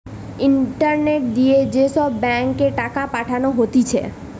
internet দিয়ে যে সব ব্যাঙ্ক এ টাকা পাঠানো হতিছে